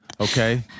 Okay